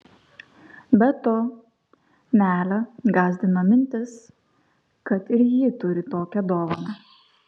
be to nelę gąsdina mintis kad ir ji turi tokią dovaną